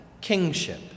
kingship